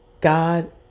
God